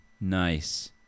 nice